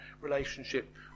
relationship